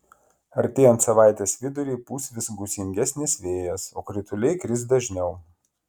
artėjant savaitės viduriui pūs vis gūsingesnis vėjas o krituliai kris dažniau